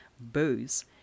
booze